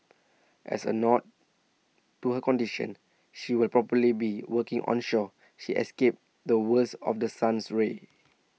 as A nod to her condition she will probably be working onshore she escape the worst of the sun's rays